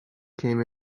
came